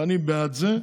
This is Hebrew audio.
ואני בעד זה.